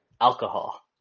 alcohol